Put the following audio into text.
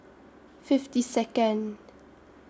fifty Second